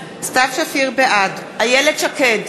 בעד איילת שקד,